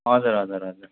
हजुर हजुर हजुर